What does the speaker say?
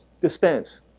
dispense